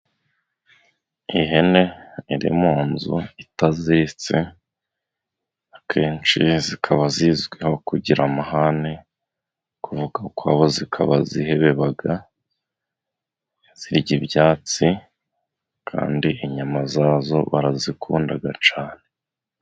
Ihene iri mu nzu itaziritse, akenshi zikaba zizwiho kugira amahane, kuvuga kwazo zikaba zihebeba. Zirya ibyatsi kandi inyama zazo barazikunda cyane.